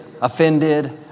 offended